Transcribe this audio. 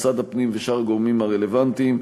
משרד הפנים ושאר הגורמים הרלוונטיים.